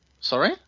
Sorry